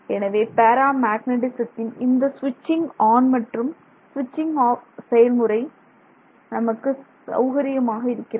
எனவே பேரா மேக்னெட்டிசத்தின் இந்த சுவிட்சிங் ஆன் மற்றும் சுவிட்சிங் ஆப் செயல்முறை நமக்கு சௌகரியமாக இருக்கிறது